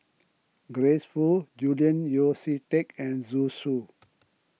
Grace Fu Julian Yeo See Teck and Zhu Xu